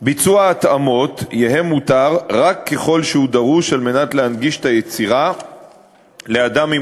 על מנת לאזן בין הצורך בביצוע התאמות ביצירה לצורך הנגשה לאדם עם